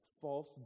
false